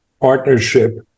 partnership